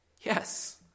Yes